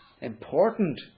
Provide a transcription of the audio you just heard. important